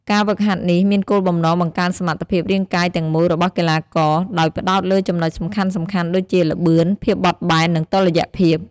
ការហ្វឹកហាត់នេះមានគោលបំណងបង្កើនសមត្ថភាពរាងកាយទាំងមូលរបស់កីឡាករ ដោយផ្តោតលើចំណុចសំខាន់ៗដូចជា ល្បឿន ភាពបត់បែន និងតុល្យភាព។